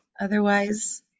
otherwise